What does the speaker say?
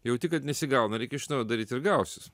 jauti kad nesigauna reikia iš naujo daryt ir gausis